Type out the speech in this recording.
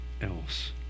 else